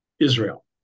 Israel